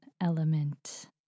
element